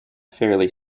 fairly